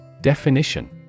Definition